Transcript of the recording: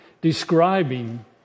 describing